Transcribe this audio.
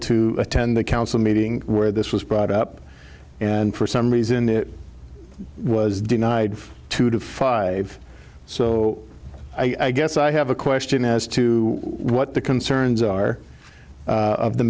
to attend the council meeting where this was brought up and for some reason it was denied two to five so i guess i have a question as to what the concerns are of the